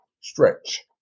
stretch